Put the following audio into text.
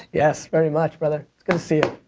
yes, very much, brother. it's good to see you.